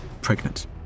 pregnant